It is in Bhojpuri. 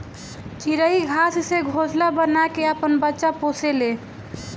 चिरई घास से घोंसला बना के आपन बच्चा पोसे ले